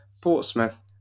Portsmouth